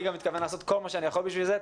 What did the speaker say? אני גם מתכוון לעשות כל מה שאני יכול בשביל זה.